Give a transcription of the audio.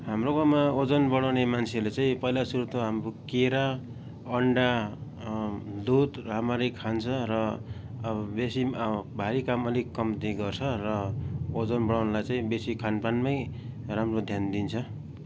हाम्रो गाउँमा ओजन बढाउने मान्छेहरूले चाहिँ पहिला सुरु त हाम्रो केरा अन्डा दुध राम्ररी खान्छ र अब बेसी पनि अब भारी काम अलिक कम्ती गर्छ र ओजन बढाउनलाई चाहिँ बेसी खानपानमै राम्रो ध्यान दिन्छ